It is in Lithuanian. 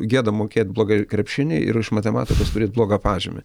gėda mokėt blogai krepšinį ir iš matematikos turėt blogą pažymį